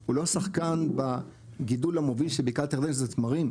הוא לא שחקן בגידול המוביל של בקעת הירדן שזה תמרים,